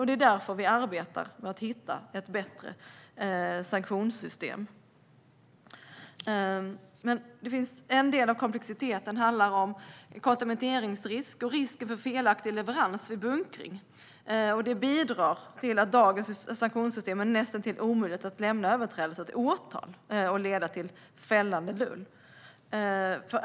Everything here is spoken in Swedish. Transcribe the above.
Det är därför vi arbetar med att hitta ett bättre sanktionssystem. En del av komplexiteten handlar om kontamineringsrisk och risken för felaktig leverans vid bunkring. Det bidrar till att det med dagens sanktionssystem är näst intill omöjligt att lämna överträdelser till åtal som leder till fällande dom.